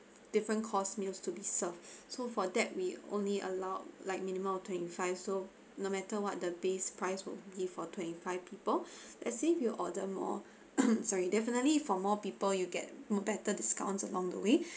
different course meals to be served so for that we only allowed like minimum of twenty five so no matter what the base price will give for twenty five people let say you order more sorry definitely for more people you get more better discounts along the way